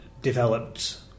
developed